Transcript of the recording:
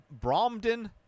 bromden